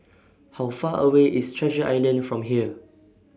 How Far away IS Treasure Island from here